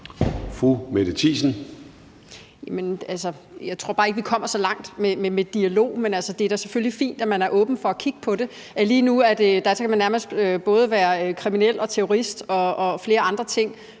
Mette Thiesen (DF): Jeg tror bare ikke, vi kommer så langt med dialog. Men det er da selvfølgelig fint, at man er åben over for at kigge på det. Lige nu skal man nærmest være både kriminel og terrorist og flere andre ting